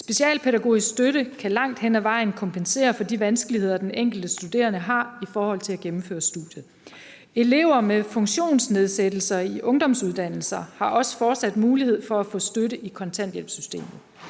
Specialpædagogisk støtte kan langt hen ad vejen kompensere for de vanskeligheder, den enkelte studerende har i forhold til at gennemføre studiet. Elever med funktionsnedsættelser i ungdomsuddannelser har også fortsat mulighed for at få støtte i kontanthjælpssystemet.